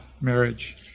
marriage